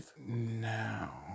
now